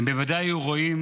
הם בוודאי היו רואים